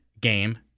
game